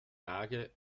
lage